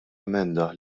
emenda